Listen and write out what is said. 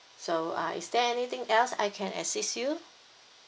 so uh is there anything else I can assist you